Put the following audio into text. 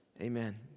Amen